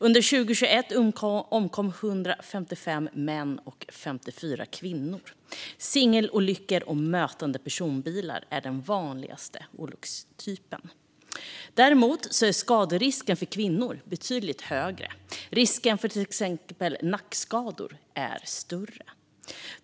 Under 2021 omkom 155 män och 54 kvinnor. Singelolyckor och mötande personbilar är de vanligaste olyckstyperna. Däremot är skaderisken för kvinnor betydligt högre. Risken för till exempel nackskador är större.